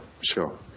sure